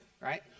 right